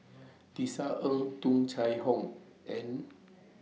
Tisa Ng Tung Chye Hong and